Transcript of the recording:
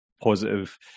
positive